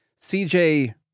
cj